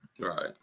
Right